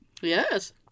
Yes